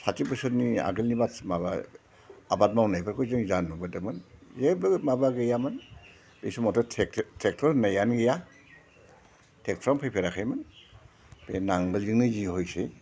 साथि बोसोरनि आगोलनि आबाद मावनायफोरखौ जों जा नुबोदोंमोन जेबो माबा गैयामोन बे समावथ' ट्रेक्टर होननायानो गैया ट्रेक्टरानो फैफेराखैमोन बे नांगोलजोंनो जि हयसै